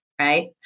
right